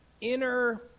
inner